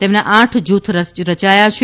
તેમનાં આઠ જૂથ રયાયાં છે